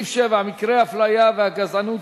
13 בעד, אין מתנגדים,